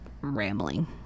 rambling